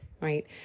Right